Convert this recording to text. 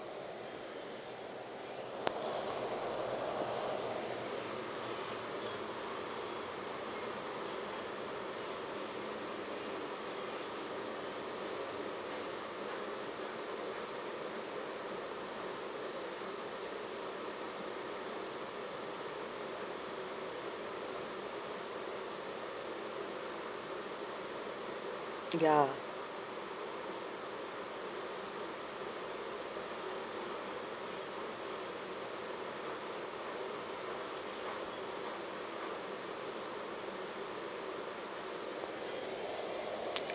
ya